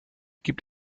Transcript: gibt